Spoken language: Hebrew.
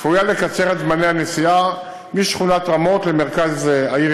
צפויה לקצר את זמני הנסיעה משכונת רמות למרכז העיר